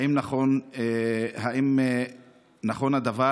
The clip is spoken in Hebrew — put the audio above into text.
1. האם נכון הדבר?